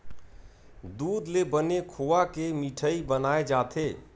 दूद ले बने खोवा के मिठई बनाए जाथे